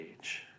age